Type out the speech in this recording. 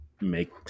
make